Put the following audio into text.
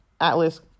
Atlas